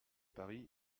paris